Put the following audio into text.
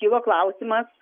kilo klausimas